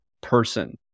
person